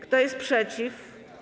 Kto jest przeciw?